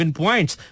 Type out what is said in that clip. points